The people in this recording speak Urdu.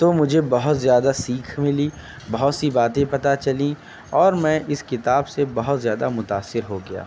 تو مجھے بہت زیادہ سیکھ ملی بہت سی باتیں پتہ چلیں اور میں اس کتاب سے بہت زیادہ متاثر ہو گیا